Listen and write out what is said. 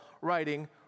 writing